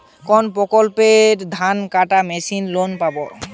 কোন প্রকল্পে ধানকাটা মেশিনের লোন পাব?